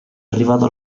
arrivato